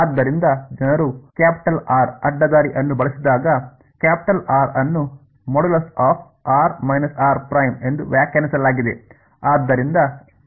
ಆದ್ದರಿಂದ ಜನರು R ಅಡ್ಡದಾರಿ ಅನ್ನು ಬಳಸಿದಾಗ ಕ್ಯಾಪಿಟಲ್ ಆರ್ ಅನ್ನು ಎಂದು ವ್ಯಾಖ್ಯಾನಿಸಲಾಗಿದೆ